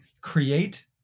create